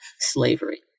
slavery